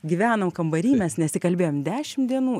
gyvenom kambary mes nesikalbėjom dešim dienų